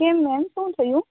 કેમ મેમ શું થયું